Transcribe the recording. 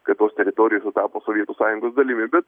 kad tos teritorijos jau tapo sovietų sąjungos dalimi